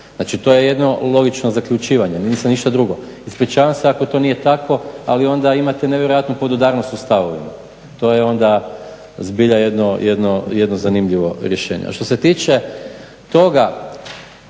Znači, to je jedno logično zaključivanje, nisam ništa drugo. Ispričavam se ako to nije tako, ali onda imate nevjerojatnu podudarnost u stavovima. To je onda zbilja jedno zanimljivo rješenje. A što se tiče toga